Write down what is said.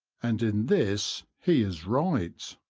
and in this he is right.